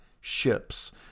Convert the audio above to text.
ships